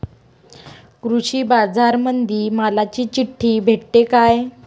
कृषीबाजारामंदी मालाची चिट्ठी भेटते काय?